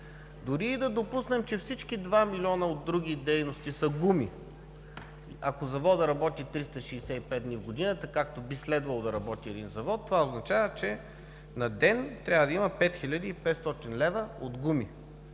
Дори да допуснем, че всички други дейности са производство на гуми, ако заводът работи 365 дни в годината, както би следвало да работи един завод, това означава, че на ден трябва да има 5500 лв. от гуми.